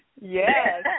yes